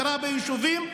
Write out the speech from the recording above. הכרה ביישובים,